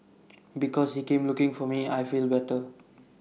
because he came looking for me I feel better